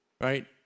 right